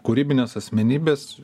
kūrybinės asmenybės